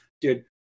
dude